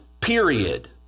period